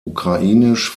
ukrainisch